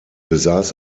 besaß